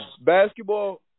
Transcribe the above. Basketball